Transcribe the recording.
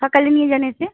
সকালে নিয়ে যান এসে